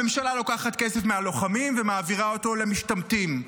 הממשלה לוקחת כסף מהלוחמים ומעבירה אותו למשתמטים.